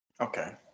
Okay